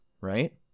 Right